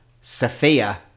Sophia